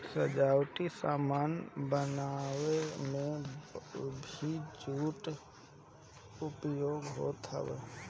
सजावटी सामान बनावे में भी जूट कअ उपयोग होत हवे